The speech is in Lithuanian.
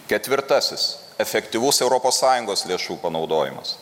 ketvirtasis efektyvus europos sąjungos lėšų panaudojimas